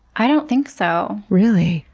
i don't think so. really?